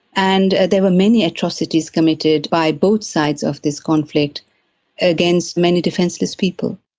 and there were many atrocities committed by both sides of this conflict against many defenceless people.